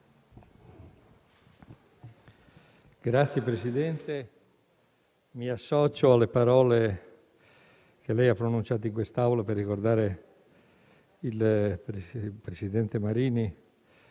Signor Presidente, mi associo alle parole che lei ha pronunciato in quest'Aula per ricordare il presidente Marini.